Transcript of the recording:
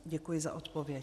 Děkuji za odpověď.